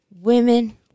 Women